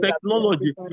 technology